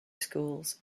schools